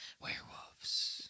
werewolves